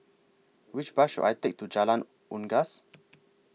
Which Bus should I Take to Jalan Unggas